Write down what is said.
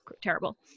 terrible